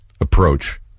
approach